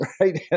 right